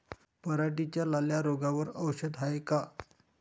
पराटीच्या लाल्या रोगावर औषध हाये का?